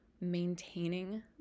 maintaining